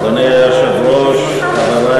אדוני היושב-ראש, אדוני היושב-ראש, חברי